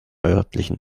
örtlichen